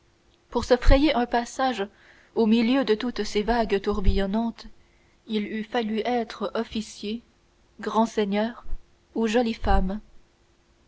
pour se frayer un passage au milieu de toutes ces vagues tourbillonnantes il eût fallu être officier grand seigneur ou jolie femme